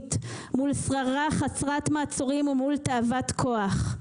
קיומית מול שררה חסרת מעצורים ומול תאוות כוח.